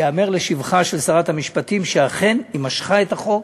ייאמר לשבחה של שרת המשפטים שאכן היא משכה את החוק,